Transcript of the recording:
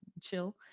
chill